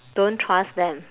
don't trust them